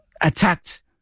attacked